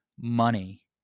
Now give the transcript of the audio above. money